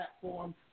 platform